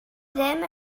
ddim